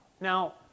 Now